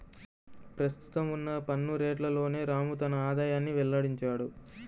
ప్రస్తుతం ఉన్న పన్ను రేట్లలోనే రాము తన ఆదాయాన్ని వెల్లడించాడు